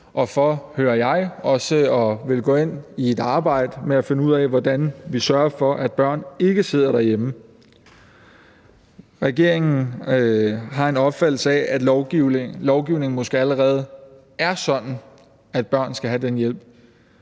og for, hører jeg, også at ville gå ind i et arbejde med at finde ud af, hvordan vi sørger for, at børn ikke skal sidde derhjemme. Regeringen har en opfattelse af, at lovgivningen måske allerede er sådan, at børn skal have den hjælp,